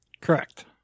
Correct